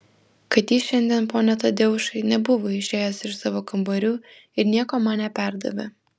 kad jis šiandien pone tadeušai nebuvo išėjęs iš savo kambarių ir nieko man neperdavė